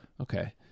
Okay